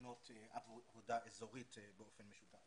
לבנות עבודה אזורית באופן משותף.